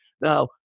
Now